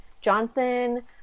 Johnson